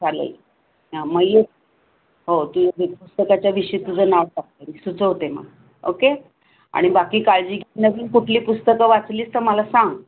चालेल हां मग ये हो तुझ्या पुस्तकाच्या विषयी तुझं नाव टाकते मी सुचवते मग ओके आणि बाकी काळजी घे नवीन कुठली पुस्तकं वाचलीस तर मला सांग